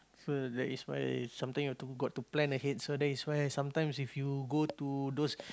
so that is why sometime you've got to plan ahead so that is why sometimes if you go to those